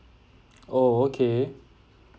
oh okay